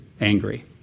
angry